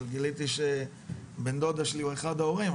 אבל גיליתי שבן דודה שלי הוא אחד ההורים.